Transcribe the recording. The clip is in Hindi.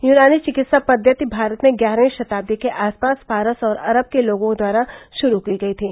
यूनानो चिकित्सा पद्धति भारत मेँ ग्यारहवीं शताब्दी के आसपास फारस और अरब के लोगों द्वारा शुरू की गई थी